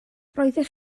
roeddech